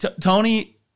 Tony